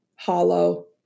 Hollow